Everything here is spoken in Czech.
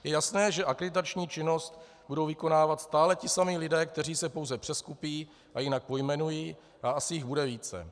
Je jasné, že akreditační činnost budou vykonávat stále ti samí lidé, kteří se pouze přeskupí a jinak pojmenují a asi jich bude více.